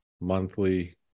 monthly